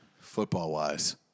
football-wise